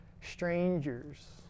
strangers